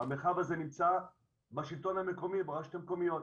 המרחב הזה נמצא בשלטון המקומי, ברשויות המקומיות.